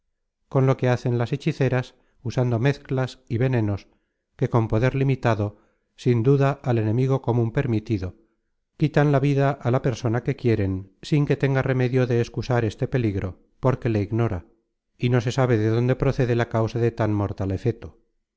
con lo que hacen las hechiceras usando mezclas y venenos que con poder limitado sin duda al enemigo comun permitido quitan la vida a la persona que quieren sin que tenga remedio de excusar este peligro porque le ignora y no se sabe de dónde procede la causa de tan mortal efeto